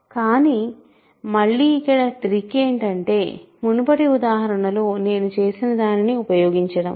కానీ మళ్ళీ ఇక్కడ ట్రిక్ ఏంటంటే మునుపటి ఉదాహరణలో నేను చేసిన దానిని ఉపయోగించడం